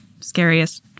scariest